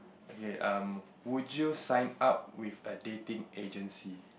okay um would you sign up with a dating agency